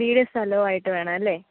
വീടും സ്ഥലവുമായിട്ട് വേണമല്ലേ